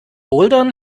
bouldern